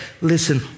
listen